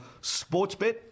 Sportsbet